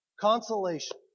Consolation